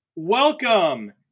welcome